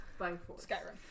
Skyrim